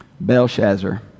Belshazzar